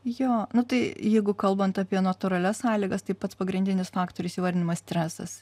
jo nu tai jeigu kalbant apie natūralias sąlygas tai pats pagrindinis faktorius įvardinamas stresas